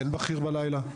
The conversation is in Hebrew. אין בכיר בלילה.